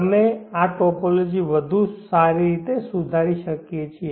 અમે આ ટોપોલોજી વધુ સુધારી શકીએ છીએ